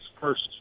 first